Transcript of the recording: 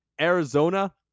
arizona